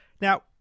Now